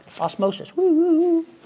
Osmosis